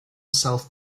self